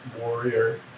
Warrior